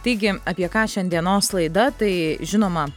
taigi apie ką šiandienos laida tai žinoma